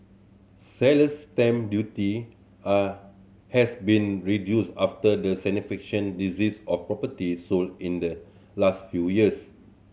seller's stamp duty are has been reduced after the significant decrease of properties sold in the last few years